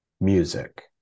music